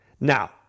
Now